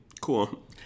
cool